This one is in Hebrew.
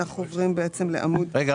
אנחנו עוברים בעצם לעמוד 7. רגע,